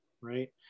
right